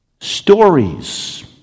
stories